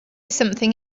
something